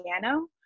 piano